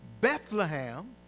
Bethlehem